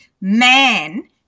man